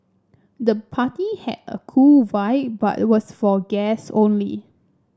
the party had a cool vibe but was for guest only